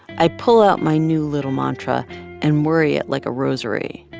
i pull out my new little mantra and worry it like a rosary.